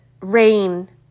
rain